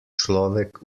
človek